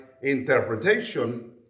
interpretation